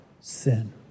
sin